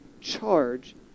charge